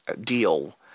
deal